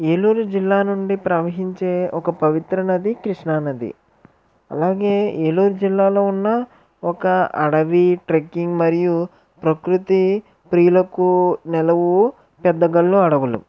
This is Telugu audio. ఏలూరు జిల్లా నుండి ప్రవహించే ఒక పవిత్ర నది కృష్ణా నది అలాగే ఏలూరు జిల్లాలో ఉన్న ఒక అడవి ట్రెక్కింగ్ మరియు ప్రకృతి ప్రియులకు నెలవు పెద్ద గళ్ళు అడవులు